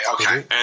okay